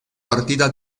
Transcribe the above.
partida